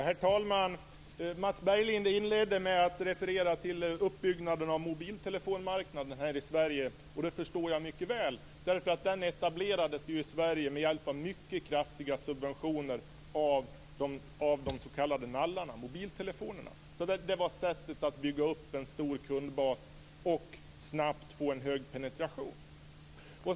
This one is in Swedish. Herr talman! Mats Berglind inledde med att referera till uppbyggnaden av mobiltelefonmarknaden här i Sverige och det förstår jag mycket väl. Den etablerades ju i Sverige med hjälp av mycket kraftiga subventioner vad gäller de s.k. nallarna, mobiltelefonerna. Det var sättet att bygga upp en stor kundbas och snabbt få en hög penetration.